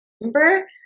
remember